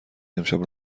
امشب